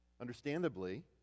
understandably